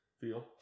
feel